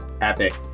Epic